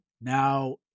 now